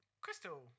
Crystal